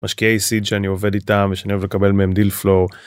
משקיעי סיד שאני עובד איתם ושאני אוהב לקבל מהם דיל פלואו.